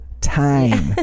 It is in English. Time